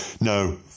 no